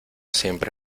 siempre